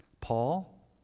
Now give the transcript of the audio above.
Paul